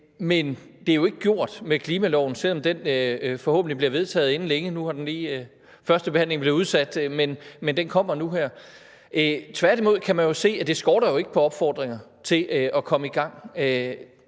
Men det er jo ikke gjort med klimaloven, selv om den forhåbentlig bliver vedtaget inden længe. Nu er førstebehandlingen lige blevet udsat, men den kommer nu her. Og man kan jo se, at det ikke skorter på opfordringer til at komme i gang.